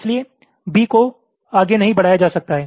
इसलिए B को आगे नहीं बढ़ाया जा सकता है